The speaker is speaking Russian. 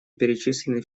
перечислены